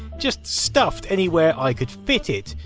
just stuffed anywhere i could fit it.